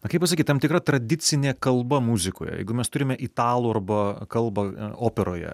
na kaip pasakyt tam tikra tradicinė kalba muzikoje jeigu mes turime italų arba kalbą operoje